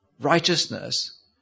righteousness